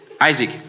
isaac